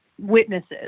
witnesses